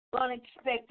Unexpected